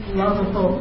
lovable